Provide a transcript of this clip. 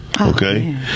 Okay